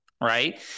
Right